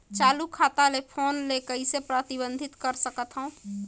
चालू खाता ले फोन ले कइसे प्रतिबंधित कर सकथव?